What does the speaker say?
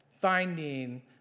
finding